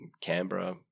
Canberra